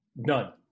None